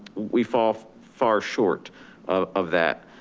we fall far short of of that.